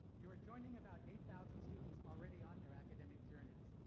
you are joining about eight thousand students already on their academic journeys.